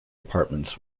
apartments